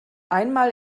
einmal